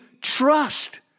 trust